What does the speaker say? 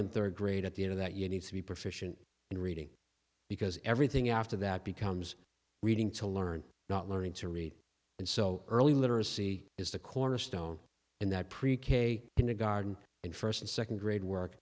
in third grade at the end of that you need to be proficiency in reading because everything after that becomes reading to learn not learning to read and so early literacy is the cornerstone in that pre k kindergarten and first and second grade work